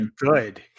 good